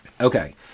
Okay